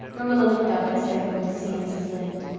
marilla looked up expecting to see mrs. lynde.